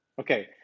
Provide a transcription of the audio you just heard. Okay